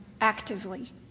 actively